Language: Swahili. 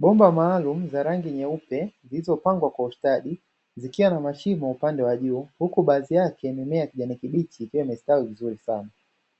Bomba maalumu za rangi nyeupe zilizopangwa kwa ustadi zikiwa na mashimo upande wa juu huku baadhi yake mimea ya kijani kibichi ikiwa imestawi vizuri sana.